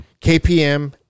KPM